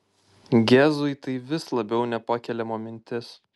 gezui tai vis labiau nepakeliama mintis